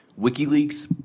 WikiLeaks